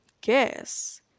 guess